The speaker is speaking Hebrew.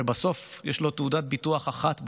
שבסוף יש לו תעודת ביטוח אחת בכיס,